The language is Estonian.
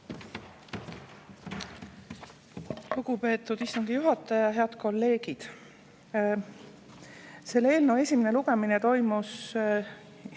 Lugupeetud istungi juhataja! Head kolleegid! Selle eelnõu esimene lugemine toimus